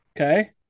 okay